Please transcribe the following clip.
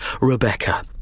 Rebecca